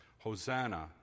Hosanna